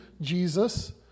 Jesus